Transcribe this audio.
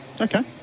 Okay